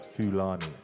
Fulani